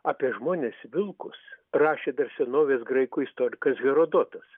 apie žmones vilkus rašė dar senovės graikų istorikas herodotas